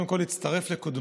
אני קודם כול מצטרף לקודמיי,